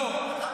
לא.